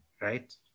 right